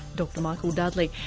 dr michael dudley,